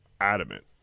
adamant